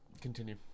Continue